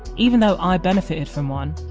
even though i benefited from one,